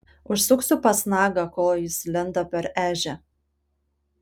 užsuksiu pas nagą ko jis lenda per ežią